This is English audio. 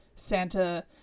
Santa